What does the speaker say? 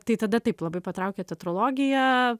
tai tada taip labai patraukė teatrologija